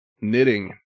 knitting